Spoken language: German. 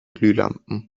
glühlampen